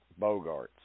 Bogarts